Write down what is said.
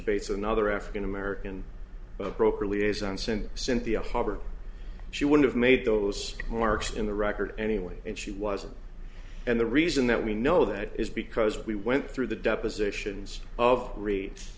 bates another african american broker liaison sent cynthia hubbard she would have made those marks in the record anyway and she wasn't and the reason that we know that is because we went through the depositions of